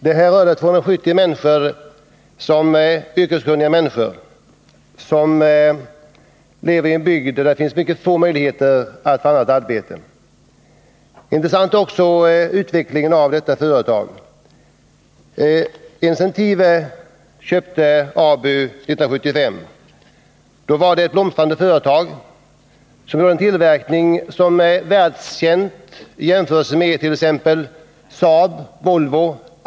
Det gäller här 240 yrkeskunniga människor som lever i en bygd där det finns mycket få möjligheter att få annat arbete. Intressant är också utvecklingen av detta företag. Incentive köpte ABU 1975. Då var det ett blomstrande företag med en tillverkning som var världskänd, ja, i klass med SAAB:s och Volvos.